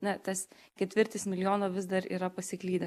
na tas ketvirtis milijono vis dar yra pasiklydę